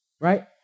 Right